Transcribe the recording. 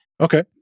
Okay